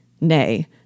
Nay